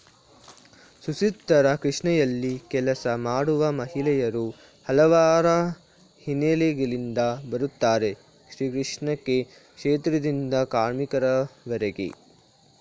ಸುಸ್ಥಿರ ಕೃಷಿಯಲ್ಲಿ ಕೆಲಸ ಮಾಡುವ ಮಹಿಳೆಯರು ಹಲವಾರು ಹಿನ್ನೆಲೆಗಳಿಂದ ಬರುತ್ತಾರೆ ಶೈಕ್ಷಣಿಕ ಕ್ಷೇತ್ರದಿಂದ ಕಾರ್ಮಿಕರವರೆಗೆ